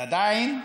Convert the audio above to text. אבל עדיין,